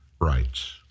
rights